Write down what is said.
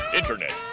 internet